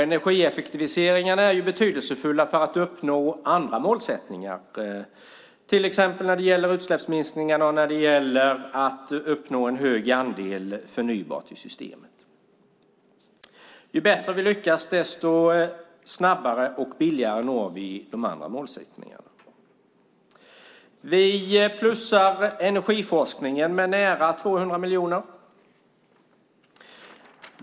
Energieffektiviseringarna är ju betydelsefulla för att uppnå andra målsättningar, till exempel när det gäller utsläppsminskningar och när det gäller att uppnå en hög andel förnybart i systemet. Ju bättre vi lyckas, desto snabbare och billigare når vi de andra målsättningarna. Vi plussar på energiforskningen med nära 200 miljoner.